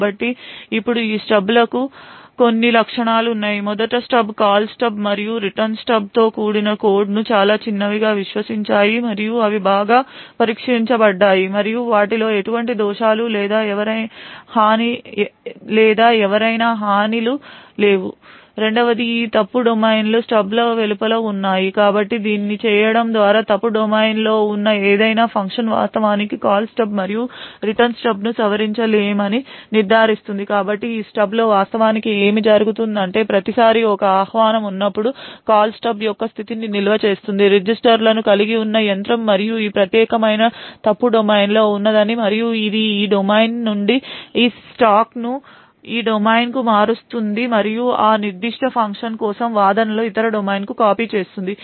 కాబట్టి ఇప్పుడు ఈ స్టబ్లకు కొన్ని లక్షణాలు ఉన్నాయి మొదట స్టబ్లు కాల్ స్టబ్ మరియు రిటర్న్ స్టబ్తో కూడిన కోడ్ను చాలా చిన్నవిగా విశ్వసించాయి మరియు అవి బాగా పరీక్షించబడ్డాయి మరియు వాటిలో ఎటువంటి దోషాలు లేదా ఎవరైనా హానిలు లేవు రెండవది ఈ తప్పు డొమైను స్టబ్ల వెలుపల ఉన్నాయి కాబట్టి దీన్ని చేయడం ద్వారా ఫాల్ట్ డొమైన్లో ఉన్న ఏదైనా ఫంక్షన్ వాస్తవానికి కాల్ స్టబ్ మరియు రిటర్న్ స్టబ్ను సవరించలేమని నిర్ధారిస్తుంది కాబట్టి ఈ స్టబ్స్లో వాస్తవానికి ఏమి జరుగుతుందంటే ప్రతిసారీ ఒక ఆహ్వానం ఉన్నపుడు కాల్ స్టబ్ యొక్క స్థితిని నిల్వ చేస్తుంది రిజిస్టర్లను కలిగి ఉన్న యంత్రం మరియు ఈ ప్రత్యేకమైన ఫాల్ట్ డొమైన్లో ఉన్నది మరియు ఇది ఈ డొమైన్ నుండి ఈ స్టాక్ను ఈ డొమైన్కు మారుస్తుంది మరియు ఆ నిర్దిష్ట ఫంక్షన్ కోసం వాదనలను ఇతర డొమైన్కు కాపీ చేస్తుంది